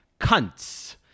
cunts